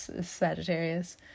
sagittarius